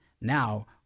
Now